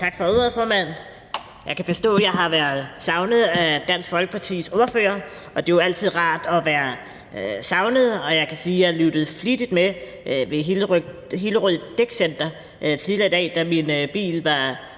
Tak for ordet, formand. Jeg kan forstå, at jeg har været savnet af Dansk Folkepartis ordfører, og det er jo altid rart at være savnet. Jeg kan sige, at jeg lyttede flittigt med ved Hillerød Dækcenter tidligere i dag, da min bil var